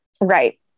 Right